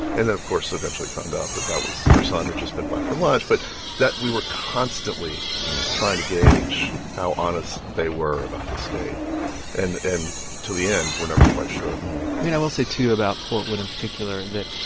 and then, of course, we eventually found out that that was her son had just been by for lunch. but that we were constantly trying to gauge how honest they were about his state and and, till the end, were never quite sure mean, i will say, too, about portwood in particular that,